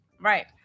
right